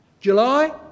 July